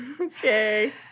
okay